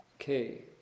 Okay